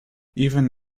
even